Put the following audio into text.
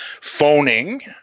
phoning